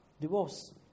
divorce